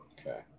Okay